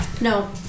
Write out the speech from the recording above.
No